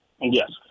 Yes